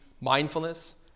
mindfulness